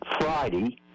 Friday